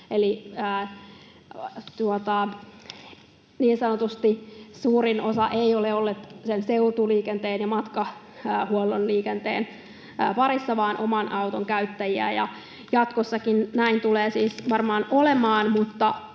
suurin osa ei ole ollut seutuliikenteen ja Matkahuollon liikenteen varassa vaan oman auton käyttäjiä. Jatkossakin näin tulee siis varmaan olemaan,